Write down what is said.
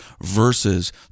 versus